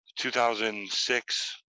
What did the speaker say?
2006